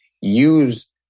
use